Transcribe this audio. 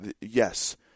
yes